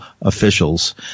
officials